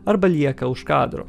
arba lieka už kadro